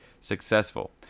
successful